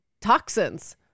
toxins